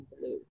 Blue